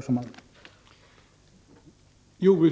som han har gett.